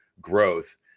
growth